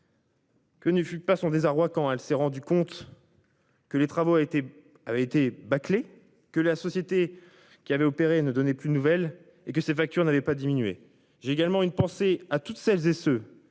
Que ne fut pas son désarroi quand elle s'est rendue compte. Que les travaux a été avait été bâclé que la société qui avait opéré ne donnait plus de nouvelles et que ses factures n'avait pas diminué. J'ai également une pensée à toutes celles et ceux